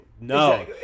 no